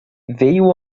veio